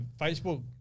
Facebook